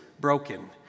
broken